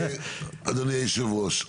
אדוני יושב הראש,